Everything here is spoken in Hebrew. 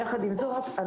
יחד עם זאת,